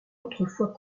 autrefois